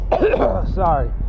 sorry